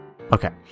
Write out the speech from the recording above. Okay